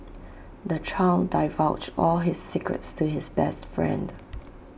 the child divulged all his secrets to his best friend